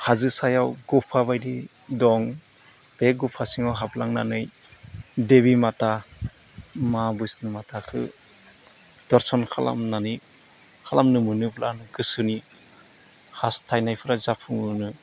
हाजो सायाव गफाबायदि दं बे गफा सिङाव हाबलांनानै देबि माटा मा बैस्न' माटाखौ दर्सन खालामनानै खालामनो मोनोब्ला गोसोनि हास्थायनायफोरा जाफुङोनो